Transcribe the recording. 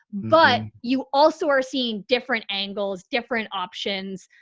but you also are seeing different angles, different options.